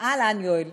אהלן, יואל.